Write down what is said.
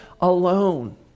alone